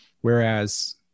whereas